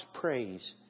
praise